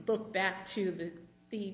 look back to the the